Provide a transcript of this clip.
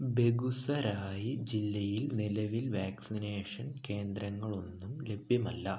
ബെഗുസരായി ജില്ലയിൽ നിലവിൽ വാക്സിനേഷൻ കേന്ദ്രങ്ങളൊന്നും ലഭ്യമല്ല